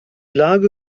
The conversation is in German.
lage